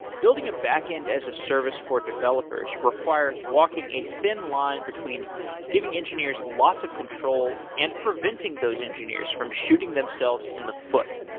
building a backend as a service for developers requires walking a thin line between giving engineers lots of control and preventing those engineers from shooting themselves in the foot.